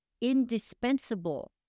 indispensable